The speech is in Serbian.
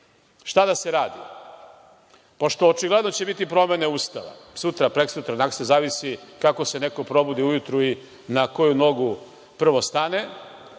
Šta da se radi? Pošto će očigledno biti promene Ustava, sutra, prekosutra, naksutra, zavisi, kako se neko probudi ujutru i na koju nogu prvo stane. Mislim